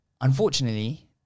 Unfortunately